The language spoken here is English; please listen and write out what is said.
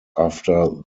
after